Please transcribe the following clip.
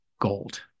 gold